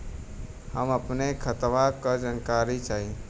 हम अपने खतवा क जानकारी चाही?